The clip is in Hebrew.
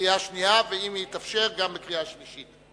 בקריאה שנייה, ואם יתאפשר גם בקריאה שלישית.